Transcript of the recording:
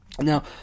Now